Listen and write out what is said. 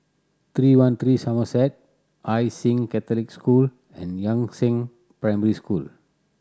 Three One Three Somerset Hai Sing Catholic School and Yangzheng Primary School